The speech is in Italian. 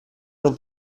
non